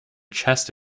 chest